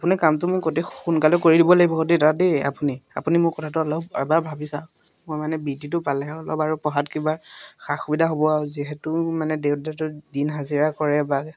আপুনি কামটো মোক অতি সোনকালে কৰি দিব লাগিব দেই দাদা দেই আপুনি আপুনি মোৰ কথাটো অলপ এবাৰ ভাবিচাওক মই মানে বিটিটো পালেহে অলপ আৰু পঢ়াত কিবা সা সুবিধা হ'ব আৰু যিহেতু মানে দেউতাতো দিন হাজিৰা কৰে বা